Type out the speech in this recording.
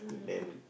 then